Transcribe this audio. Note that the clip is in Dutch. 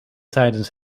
tijdens